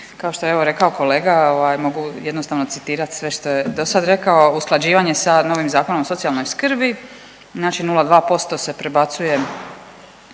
Kao što je evo rekao kolega mogu jednostavno citirati sve što je do sad rekao, usklađivanje sa novim Zakonom o socijalnoj skrbi. Znači, 0,2% se prebacuje